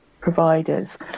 providers